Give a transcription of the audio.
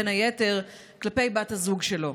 בין היתר כלפי בת הזוג שלו.